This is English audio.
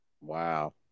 Wow